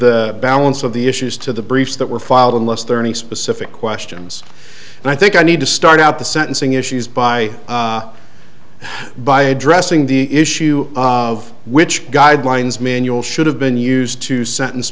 the balance of the issues to the briefs that were filed unless there are any specific questions and i think i need to start out the sentencing issues by by addressing the issue of which guidelines manual should have been used to sentence